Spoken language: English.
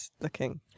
looking